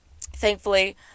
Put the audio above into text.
thankfully